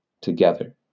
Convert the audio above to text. together